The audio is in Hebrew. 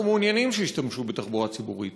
אנחנו מעוניינים שישתמשו בתחבורה ציבורית,